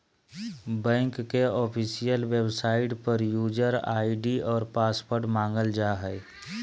bank के official website पर user ID और पासवर्ड मांगल जा हइ